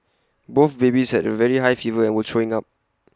both babies had very high fever and were throwing up